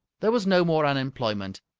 there was no more unemployment.